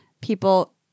people